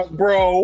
bro